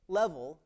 level